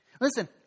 Listen